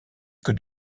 que